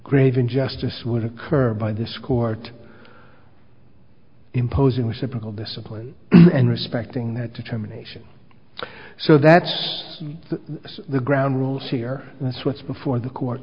grave injustice would occur by this court imposing reciprocal discipline and respecting that determination so that's the ground rules here that's what's before the court